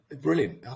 Brilliant